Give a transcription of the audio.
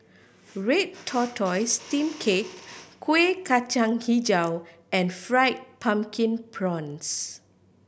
red tortoise steamed cake Kueh Kacang Hijau and Fried Pumpkin Prawns